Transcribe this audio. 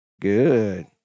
Good